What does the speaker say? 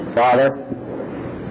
Father